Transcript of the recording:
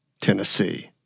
Tennessee